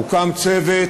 הוקם צוות,